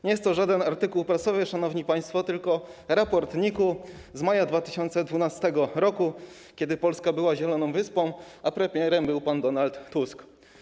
Nie jest to żaden artykuł prasowy, szanowni państwo, tylko raport NIK-u z maja 2012 r., kiedy Polska była zieloną wyspą, a premierem był pan Donald Tusk.